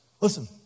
Listen